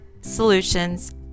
solutions